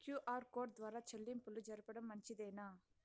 QR code ద్వారా చెల్లింపులు జరపడం మంచిదేనా?